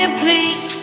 please